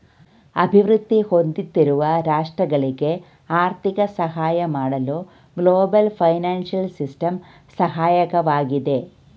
ಅಭಿವೃದ್ಧಿ ಹೊಂದುತ್ತಿರುವ ರಾಷ್ಟ್ರಗಳಿಗೆ ಆರ್ಥಿಕ ಸಹಾಯ ಮಾಡಲು ಗ್ಲೋಬಲ್ ಫೈನಾನ್ಸಿಯಲ್ ಸಿಸ್ಟಮ್ ಸಹಾಯಕವಾಗಿದೆ